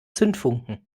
zündfunken